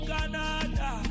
Canada